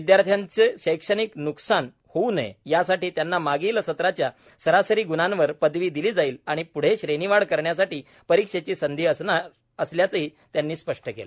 विद्यार्थ्यांचे शैक्षणिक न्कसान होऊ नये यासाठी त्यांना मागील सत्राच्या सरासरी ग्णांवर पदवी दिली जाईल आणि प्ढे श्रेणीवाढ करण्यासाठी परीक्षेची संधी असणार असल्याचंही त्यांनी स्पष्ट केलं